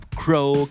crow